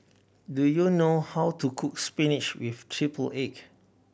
do you know how to cook spinach with triple egg